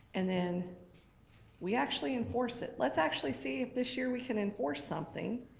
and then we actually enforce it. let's actually see if this year we can enforce something,